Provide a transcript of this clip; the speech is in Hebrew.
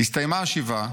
הסתיימה השבעה,